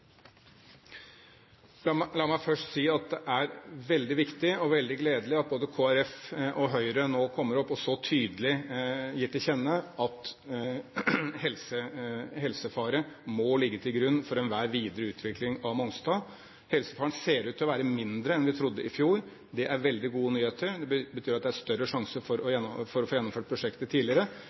La meg først si at det er veldig viktig og veldig gledelig at både Kristelig Folkeparti og Høyre nå kommer opp og så tydelig gir til kjenne at helsefare må ligge til grunn for enhver videre utvikling av Mongstad. Helsefaren ser ut til å være mindre enn vi trodde i fjor. Det er veldig gode nyheter. Det betyr at det er større sjanse for å få gjennomført prosjektet tidligere.